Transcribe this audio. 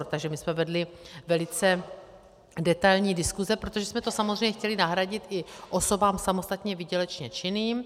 Takže my jsme vedli velice detailní diskuse, protože jsme to samozřejmě chtěli nahradit i osobám samostatně výdělečně činným.